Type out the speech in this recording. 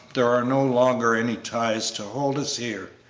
there are no longer any ties to hold us here.